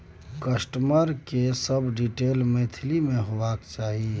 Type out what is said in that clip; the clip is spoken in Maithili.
कस्टमर के सब डिटेल मैथिली में होबाक चाही